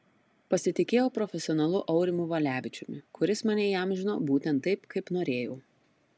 pasitikėjau profesionalu aurimu valevičiumi kuris mane įamžino būtent taip kaip norėjau